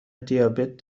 دیابت